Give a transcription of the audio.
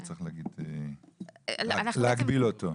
לא צריך להגביל אותו.